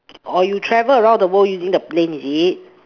or you travel around the world using the plane is it